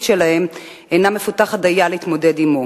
שלהם אינה מפותחת דיה להתמודד עמו,